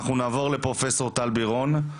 אנחנו נעבור לפרופסור טל בירון,